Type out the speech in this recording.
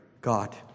God